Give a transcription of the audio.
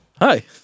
Hi